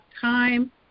time